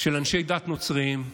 של אנשי דת נוצריים,